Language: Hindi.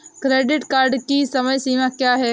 क्रेडिट कार्ड की समय सीमा क्या है?